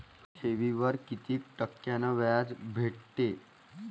ठेवीवर कितीक टक्क्यान व्याज भेटते?